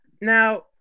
Now